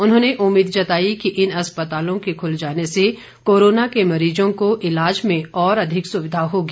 उन्होंने उम्मीद जताई कि इन अस्पतालों के खुल जाने से कोरोना के मरीजों को ईलाज में और अधिक सुविधा होगी